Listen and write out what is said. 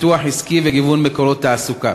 פיתוח עסקי וגיוון מקורות תעסוקה.